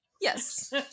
Yes